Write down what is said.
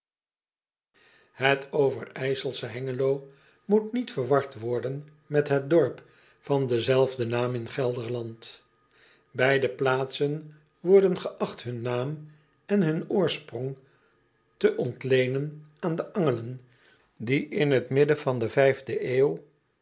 et verijselsche engelo moet niet verward worden met het dorp van denzelfden naam in elderland eide plaatsen worden geacht hun naam en hun oorsprong te ontleenen aan de n g l e n die in het midden der de eeuw